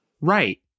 Right